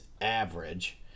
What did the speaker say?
average